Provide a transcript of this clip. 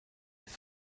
ist